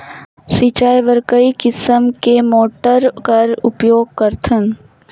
सिंचाई बर कई किसम के मोटर कर उपयोग करथन?